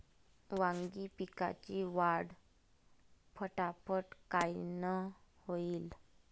वांगी पिकाची वाढ फटाफट कायनं होईल?